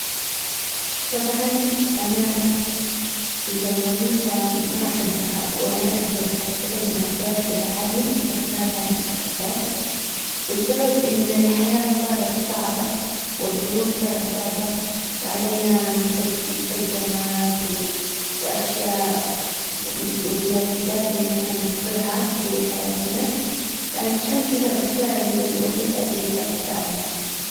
طبعا انا اذا الوظيفة ما احبها وانا اقدر اشتغلها براتب عال بختارها هي اكثر والسبب ان الحياة صارت صعبة والظروف صارت صعبة وعلينا ملتزم مستلزمات واشياء مسؤوليات لازم ان احنا نوفرها في حياتنا. فعشان كدا بختار الوظيفة اللي براتب اعلى.